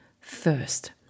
first